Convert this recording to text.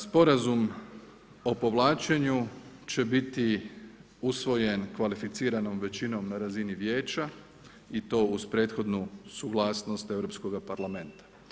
Sporazum o povlačenju će biti usvojen kvalificiranom većinom na razini Vijeća i to uz prethodnu suglasnost Europskog parlamenta.